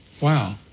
Wow